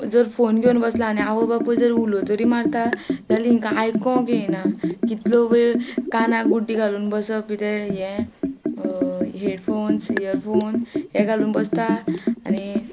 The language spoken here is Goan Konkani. जर फोन घेवन बसला आनी आवय बापूय जर उलोतरी मारता जाल्या हिंकां आयको येना कितलो वेळ कानाक गुड्डी घालून बसप कितें हें हेडफोन्स इयरफोन हे घालून बसता आनी